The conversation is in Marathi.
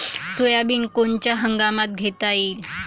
सोयाबिन कोनच्या हंगामात घेता येईन?